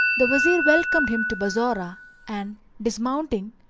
the wazir welcomed him to bassorah and dis mounting,